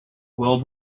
world